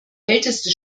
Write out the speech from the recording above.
älteste